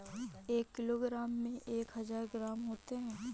एक किलोग्राम में एक हजार ग्राम होते हैं